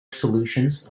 solutions